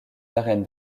arènes